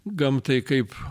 gamtai kaip